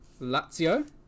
Lazio